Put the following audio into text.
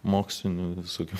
mokslinių visokių